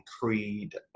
creed